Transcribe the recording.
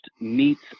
meets